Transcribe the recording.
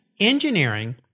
engineering